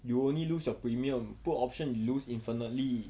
you only lose your premium put option lose infinitely